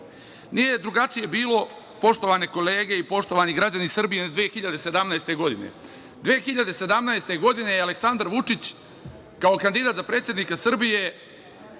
drugačije bilo, poštovane kolege i građani Srbije ni 2017. godine, 2017. godine je Aleksandar Vučić, kao kandidat za predsednika Srbije